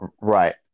Right